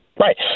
Right